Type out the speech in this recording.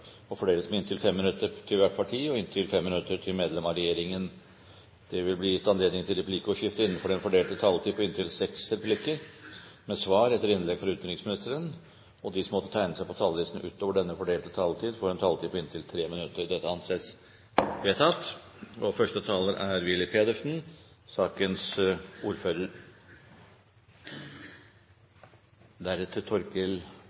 og fordeles med inntil 5 minutter til hvert parti og inntil 5 minutter til medlem av regjeringen. Videre vil presidenten foreslå at det gis anledning til replikkordskifte på inntil seks replikker med svar etter innlegg fra utenriksministeren innenfor den fordelte taletid. Videre blir det foreslått at de som måtte tegne seg på talerlisten utover den fordelte taletid, får en taletid på inntil 3 minutter. – Det anses vedtatt. Internett og